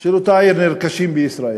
של אותה עיר נרכשים בישראל.